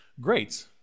great